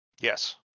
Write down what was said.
Yes